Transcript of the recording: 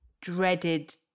dreaded